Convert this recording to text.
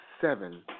seven